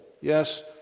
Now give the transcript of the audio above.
Yes